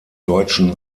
deutschen